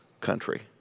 country